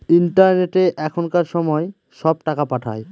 ইন্টারনেটে এখনকার সময় সব টাকা পাঠায়